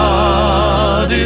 God